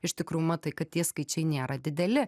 iš tikrųjų matai kad tie skaičiai nėra dideli